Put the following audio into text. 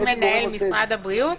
הוראות מנהל משרד הבריאות?